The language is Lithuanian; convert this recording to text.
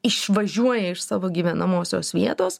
išvažiuoja iš savo gyvenamosios vietos